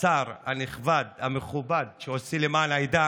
השר הנכבד, המכובד, שעושה למען העדה